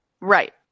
right